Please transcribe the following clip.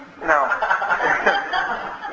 No